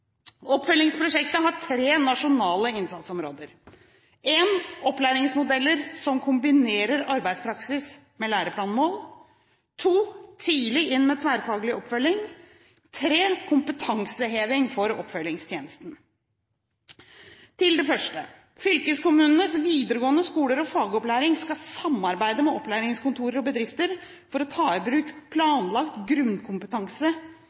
Oppfølgingsprosjektet har tre nasjonale innsatsområder: opplæringsmodeller som kombinerer arbeidspraksis med læreplanmål tidlig inn med tverrfaglig oppfølging kompetanseheving for oppfølgingstjenesten Til punkt 1: Fylkeskommunenes videregående skoler og fagopplæring skal samarbeide med opplæringskontorer og bedrifter for å ta i bruk planlagt grunnkompetanse